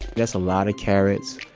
that's a lot of carrots.